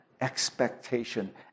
expectation